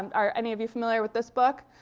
are any of you familiar with this book?